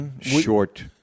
short